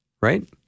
right